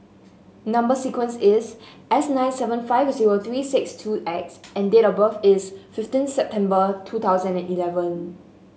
number sequence is S nine seven five zero three six two X and date of birth is fifteen September two thousand and eleven